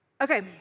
Okay